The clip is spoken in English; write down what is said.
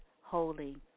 holy